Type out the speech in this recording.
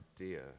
idea